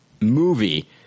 movie